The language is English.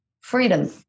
freedom